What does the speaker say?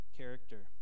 character